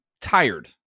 tired